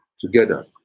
Together